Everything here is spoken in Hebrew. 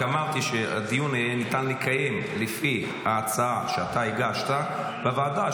רק אמרתי שאת הדיון יהיה ניתן לקיים לפי ההצעה שאתה הגשת בוועדה,